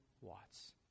Watts